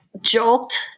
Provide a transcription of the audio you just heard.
joked